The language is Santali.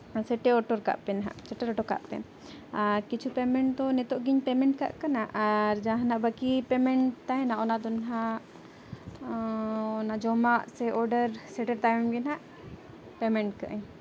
ᱥᱮᱴᱮᱨ ᱦᱚᱴᱚ ᱠᱟᱜ ᱯᱮ ᱱᱟᱜ ᱥᱮᱴᱮᱨ ᱦᱚᱴᱚ ᱠᱟᱜ ᱯᱮ ᱟᱨ ᱠᱤᱪᱷᱩ ᱯᱮᱢᱮᱱᱴ ᱫᱚ ᱱᱤᱛᱳᱜ ᱜᱤᱧ ᱯᱮᱢᱮᱱᱴ ᱠᱟᱜ ᱠᱟᱱᱟ ᱟᱨ ᱡᱟᱦᱟᱸᱱᱟᱜ ᱵᱟᱹᱠᱤ ᱯᱮᱢᱮᱱᱴ ᱛᱟᱦᱮᱱᱟ ᱚᱱᱟ ᱫᱚ ᱱᱟᱜ ᱚᱱᱟ ᱡᱚᱢᱟᱜ ᱥᱮ ᱚᱰᱟᱨ ᱥᱮᱴᱮᱨ ᱛᱟᱭᱚᱢ ᱜᱮ ᱱᱟᱜ ᱯᱮᱢᱮᱱᱴ ᱠᱟᱜᱼᱟᱹᱧ